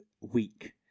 week